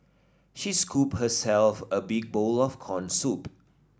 she scooped herself a big bowl of corn soup